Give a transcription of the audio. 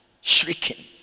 shrieking